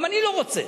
גם אני לא רוצה.